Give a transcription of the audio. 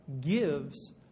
gives